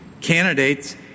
Candidates